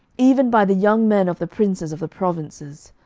even by the young men of the princes of the provinces.